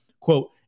Quote